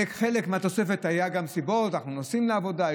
ולחלק מהתוספת היו גם סיבות: אנחנו נוסעים לעבודה,